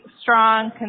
strong